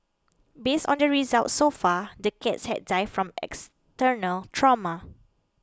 based on the results so far the cats had died from external trauma